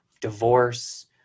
divorce